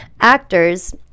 actors